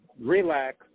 Relax